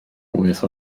wyth